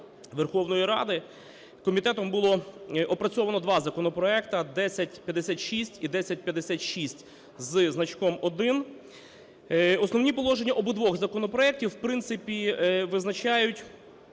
Верховної Ради, комітетом було опрацьовано два законопроекти, 1056 і 1056 зі значком 1. Основні положення обидвох законопроектів в принципі визначають